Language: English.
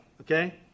okay